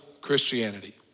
Christianity